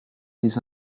les